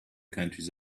countries